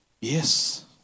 Yes